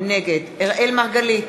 נגד אראל מרגלית,